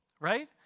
right